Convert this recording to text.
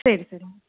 சரி சரிங்க